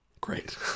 great